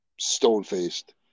stone-faced